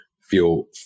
feel